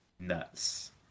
nuts